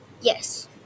Yes